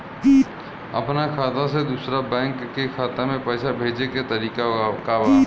अपना खाता से दूसरा बैंक के खाता में पैसा भेजे के तरीका का बा?